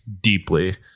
deeply